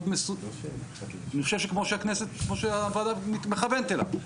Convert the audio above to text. משהו שהוועדה מכננת אליו,